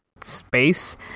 space